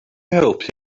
help